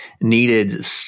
needed